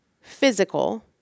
physical